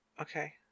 okay